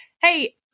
hey